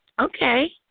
Okay